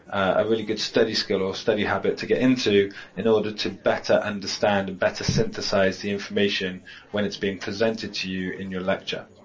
a really good study skill or study habit to get into in order to better understand, better synthesise the information when it's being presented to you in your lecture.